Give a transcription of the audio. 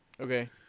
Okay